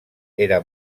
era